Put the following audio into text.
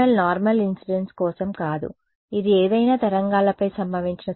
కాబట్టి ఈ PML normal incidence కోసం కాదు ఇది ఏదైనా తరంగాలపై సంభవించిన సంఘటనలను గ్రహించబోతోంది